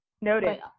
Noted